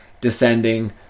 descending